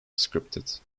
scripted